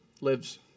lives